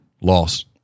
Loss